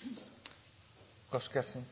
blir replikkordskifte.